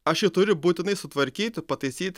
aš jį turiu būtinai sutvarkyti pataisyti